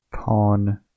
pawn